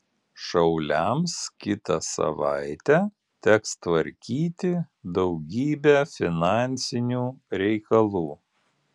šauliams kitą savaitę teks tvarkyti daugybę finansinių reikalų